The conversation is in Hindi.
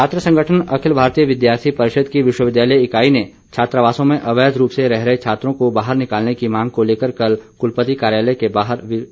छात्र संगठन अखिल भारतीय विद्यार्थी परिषद की विश्वविद्यालय इकाई ने छात्रावासों में अवैध रूप से रह रहे छात्रों को बाहर निकालने की मांग को लेकर कल कुलपति कार्यालय के बाहर विरोध प्रदर्शन किया